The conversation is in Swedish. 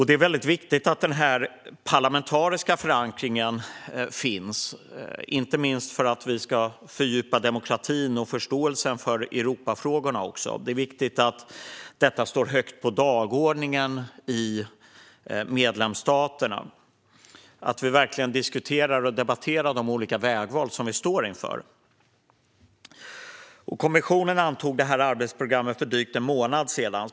Det är viktigt att denna parlamentariska förankring finns, inte minst för att fördjupa demokratin och förståelsen för Europafrågorna. Det är viktigt att detta står högt på dagordningen i medlemsstaterna och att vi verkligen diskuterar och debatterar de olika vägval som vi står inför. Kommissionen antog arbetsprogrammet för drygt en månad sedan.